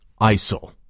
ISIL